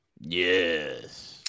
Yes